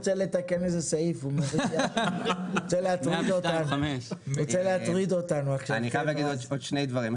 אני חייב להגיד עוד שני דברים.